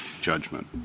judgment